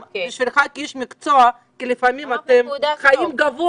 אני אומרת את זה גם בשבילך כאיש מקצוע כי לפעמים אתם חיים גבוה-גבוה,